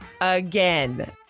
again